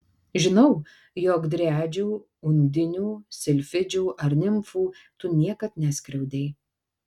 žinau jog driadžių undinių silfidžių ar nimfų tu niekad neskriaudei